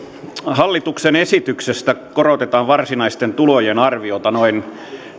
hallituksen esityksessä korotetaan varsinaisten tulojen arviota noin